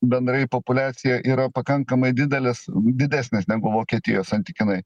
bendrai populiacija yra pakankamai didelis didesnis negu vokietijos santykinai